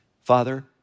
Father